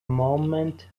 moment